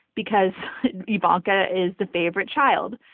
because ivanka is the favorite child.